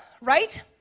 right